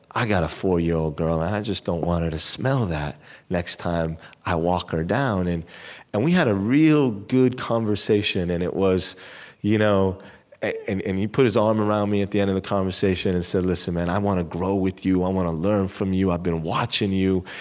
i got a four year old girl and i just don't want her to smell that next time i walk her down. and and we had a real good conversation and it was you know he and um put his arm around me at the end of the conversation and said, listen, man, i want to grow with you. i want to learn from you. i've been watching you.